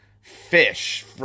fish